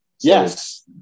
Yes